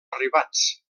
arribats